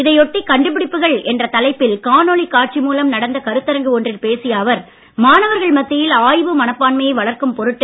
இதை ஒட்டி கண்டுபிடிப்புகள் என்ற தலைப்பில் காணொளி காட்சி மூலம் நடந்த கருத்தரங்கு ஒன்றில் பேசிய அவர் மாணவர்கள் மத்தியில் ஆய்வு மனப்பான்மையை வளர்க்கும் பொருட்டு